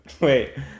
Wait